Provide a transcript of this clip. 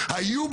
יש לך עד 20:35,